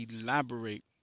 elaborate